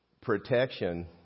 Protection